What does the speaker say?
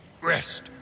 rest